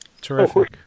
terrific